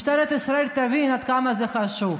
משטרת ישראל תבין עד כמה זה חשוב,